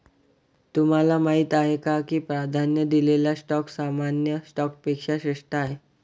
तुम्हाला माहीत आहे का की प्राधान्य दिलेला स्टॉक सामान्य स्टॉकपेक्षा श्रेष्ठ आहे?